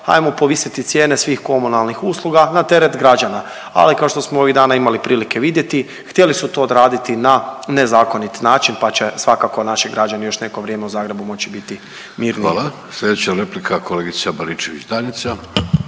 ajmo povisiti cijene svih komunalnih usluga na teret građana. Ali kao što smo ovih dana imali prilike vidjeti htjeli su to odraditi na nezakonit način pa će svakako naši građani još neko vrijeme u Zagrebu moći biti mirniji. **Vidović, Davorko (Socijaldemokrati)**